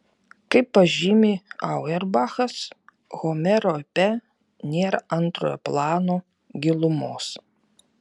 kaip pažymi auerbachas homero epe nėra antrojo plano gilumos